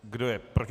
Kdo je proti?